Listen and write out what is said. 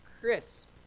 crisp